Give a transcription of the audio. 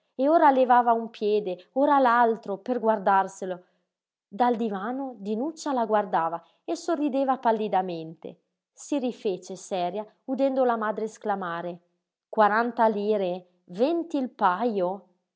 e ora levava un piede ora l'altro per guardarselo dal divano dinuccia la guardava e sorrideva pallidamente si rifece seria udendo la madre esclamare quaranta lire venti il pajo